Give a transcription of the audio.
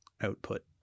output